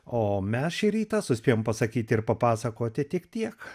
o mes šį rytą suspėjom pasakyti ir papasakoti tik tiek